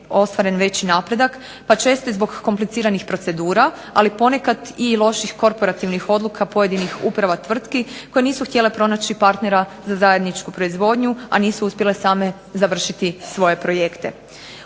ostvaren veći napredak, pa često i zbog kompliciranih procedura, ali ponekad i loših korporativnih odluka pojedinih uprava tvrtki, koje nisu htjele pronaći partnera za zajedničku proizvodnju, a nisu uspjele same završiti svoje projekte.